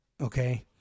okay